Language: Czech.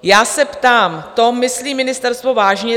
Já se ptám, to myslí ministerstvo vážně?